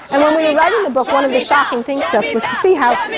and when we were writing the book, one of the shocking things to us was to see how,